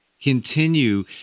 continue